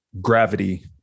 gravity